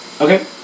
Okay